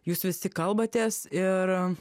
jūs visi kalbatės ir